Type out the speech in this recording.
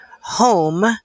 home